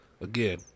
Again